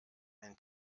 ein